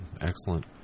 Excellent